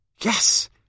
Yes